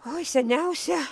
oi seniausia